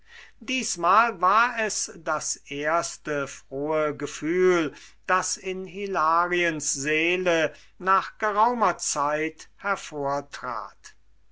diesmal war es das erste frohe gefühl das in hilariens seele nach geraumer zeit hervortrat